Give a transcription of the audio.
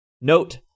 Note